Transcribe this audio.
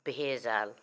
भेजाल